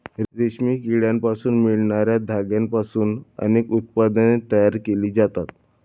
रेशमी किड्यांपासून मिळणार्या धाग्यांपासून अनेक उत्पादने तयार केली जातात